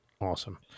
awesome